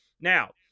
Now